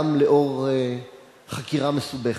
גם לאור חקירה מסובכת?